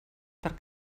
per